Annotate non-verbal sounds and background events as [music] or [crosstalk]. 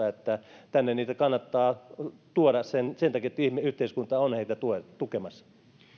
[unintelligible] että tänne niitä kannattaa tuoda sen sen takia että yhteiskunta on heitä tukemassa